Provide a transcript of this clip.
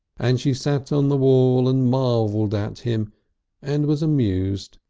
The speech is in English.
and she sat on the wall and marvelled at him and was amused,